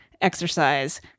exercise